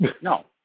No